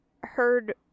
heard